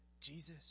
Jesus